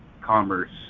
commerce